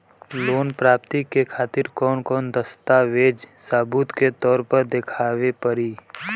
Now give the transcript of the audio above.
Loan प्राप्ति के खातिर कौन कौन दस्तावेज सबूत के तौर पर देखावे परी?